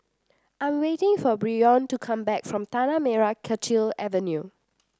I am waiting for Bryon to come back from Tanah Merah Kechil Avenue